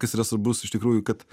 kas yra svarbus iš tikrųjų kad